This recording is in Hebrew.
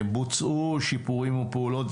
בוצעו שיפורים ופעולות,